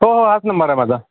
हो हो हाच नंबर आहे माझा